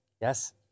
Yes